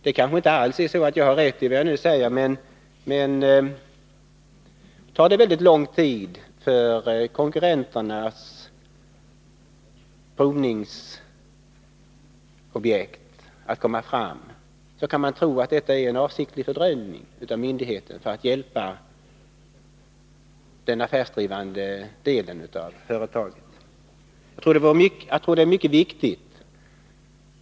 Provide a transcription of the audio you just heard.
Jag kanske inte alls har rätt i det jag nu säger, men om det tar mycket lång tid för konkurrenternas provningsobjekt att komma fram, kan man misstänka att det är en avsiktlig fördröjning av myndigheten för att hjälpa den affärsdrivande delen av företaget.